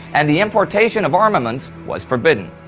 and the importation of armaments was forbidden.